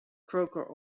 croker